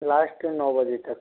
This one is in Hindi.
लास्ट नौ बजे तक